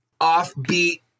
offbeat